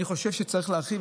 אני חושב שצריך להרחיב,